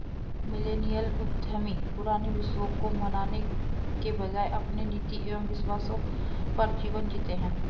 millennial उद्यमी पुराने विश्वासों को मानने के बजाय अपने नीति एंव विश्वासों पर जीवन जीते हैं